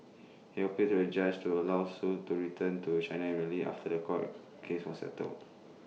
he appealed to the judge to allow Sui to return to China immediately after The Court case was settled